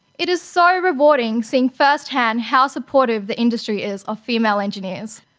it is so rewarding seeing first-hand how supportive the industry is of female engineers.